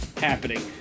happening